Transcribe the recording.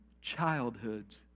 childhoods